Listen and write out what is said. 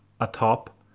atop